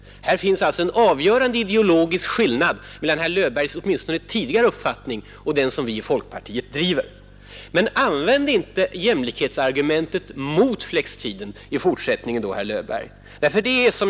Här finns alltså en avgörande ideologisk skillnad mellan herr Löfbergs tidigare uttalade uppfattning och den som vi i folkpartiet driver. Men använder inte herr Löfberg jämlikhetsargumentet mot flextiden i fortsättningen om ni nu instämmer med folkpartiets motion!